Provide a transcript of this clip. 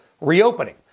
reopening